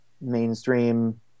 mainstream